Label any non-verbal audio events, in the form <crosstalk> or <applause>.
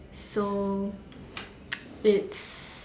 so <noise> it's